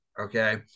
Okay